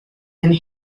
and